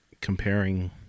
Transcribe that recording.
comparing